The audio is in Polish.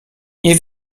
nie